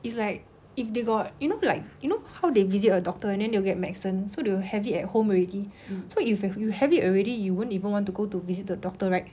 it's like if they got you know like you know how they visit a doctor and then they will get medicine so they will have it at home already so if you have it already you won't even want to go to visit the doctor right